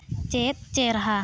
ᱪᱮᱫ ᱪᱮᱨᱦᱟ